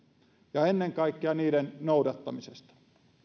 ja ennen kaikkea niiden noudattamisesta kun